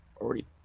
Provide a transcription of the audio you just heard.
already